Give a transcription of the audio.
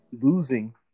losing